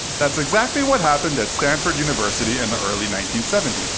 that's exactly what happened at stanford university in the early nineteen seventy s,